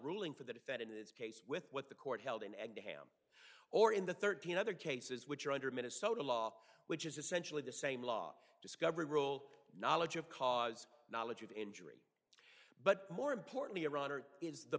this case with what the court held an egg or in the thirteen other cases which under minnesota law which is essentially the same law discovery rule knowledge of cause knowledge of injury but more importantly a runner is the